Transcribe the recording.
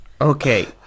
Okay